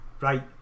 right